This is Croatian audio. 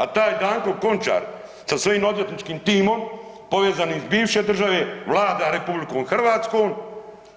A taj Danko Končar sa svojim odvjetničkim timom povezan iz bivše države vlada RH